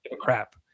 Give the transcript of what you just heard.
crap